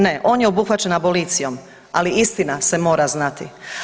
Ne, on je obuhvaćen abolicijom, ali istina se mora znati.